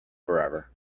forever